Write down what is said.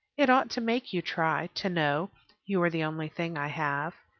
it ought to make you try, to know you are the only thing i have.